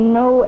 no